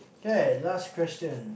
okay last question